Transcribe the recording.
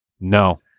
No